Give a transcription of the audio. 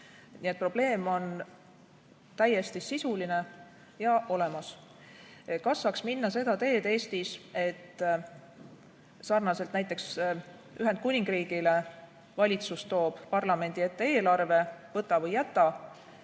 probleem on täiesti sisuline ja olemas. Kas Eesti saaks minna seda teed, et sarnaselt näiteks Ühendkuningriigiga toob valitsus parlamendi ette eelarve – võta või jäta?